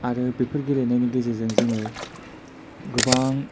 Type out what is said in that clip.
आरो बेफोर गेलेनायनि गेजेरजों जोङो गोबां